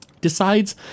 decides